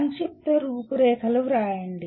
సంక్షిప్త రూపురేఖలు రాయండి